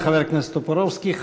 תודה לחבר הכנסת טופורובסקי.